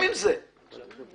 איך זה יעשה,